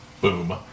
Boom